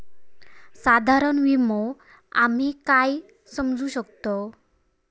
साधारण विमो आम्ही काय समजू शकतव?